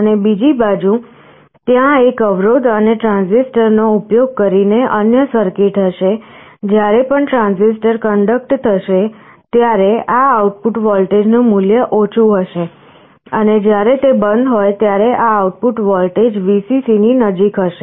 અને બીજી બાજુ ત્યાં એક અવરોધ અને ટ્રાંઝિસ્ટર નો ઉપયોગ કરીને અન્ય સર્કિટ હશે જ્યારે પણ ટ્રાંઝિસ્ટર કંડક્ટ થશે ત્યારે આ આઉટપુટ વોલ્ટેજ નું મૂલ્ય ઓછું હશે અને જ્યારે તે બંધ હોય ત્યારે આ આઉટપુટ વોલ્ટેજ Vcc ની નજીક હશે